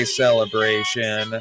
celebration